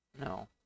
No